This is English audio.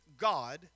God